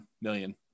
million